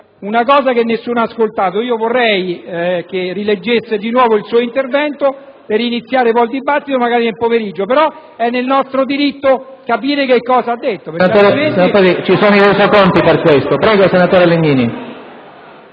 una cosa che nessuno ha ascoltato. Vorrei che rileggesse di nuovo il suo intervento per iniziare poi il dibattito, magari nel pomeriggio. È nostro diritto capire che cosa egli ha detto.